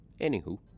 Anywho